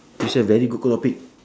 this one is very good topic